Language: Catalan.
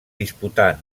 disputà